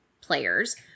players